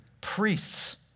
priests